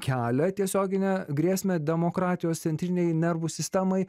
kelia tiesioginę grėsmę demokratijos centrinei nervų sistemai